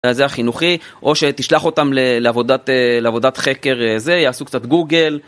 זה החינוכי או שתשלח אותם לעבודת חקר זה, יעשו קצת גוגל.